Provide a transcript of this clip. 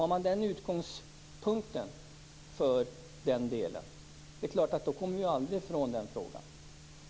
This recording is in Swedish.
Har man den utgångspunkten är det klart att vi aldrig kommer ifrån den frågan.